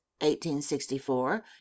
1864